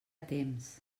temps